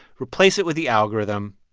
replace it with the algorithm,